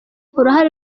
uruhare